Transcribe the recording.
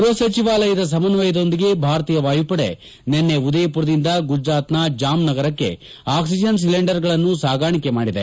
ಗೃಹ ಸಚಿವಾಲಯದ ಸಮಸ್ವಯದೊಂದಿಗೆ ಭಾರತೀಯ ವಾಯುಪಡೆ ನಿನ್ನೆ ಉದಯಪುರದಿಂದ ಗುಜರಾತ್ನ ಜಾಮ್ ನಗರಕ್ಕೆ ಅಕ್ಷಿಜನ್ ಸಿಲಿಂಡರ್ಗಳನ್ನು ಸಾಗಾಣಿಕೆ ಮಾಡಿದೆ